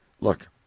Look